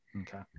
Okay